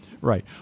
Right